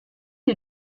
are